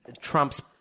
trumps